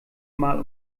mal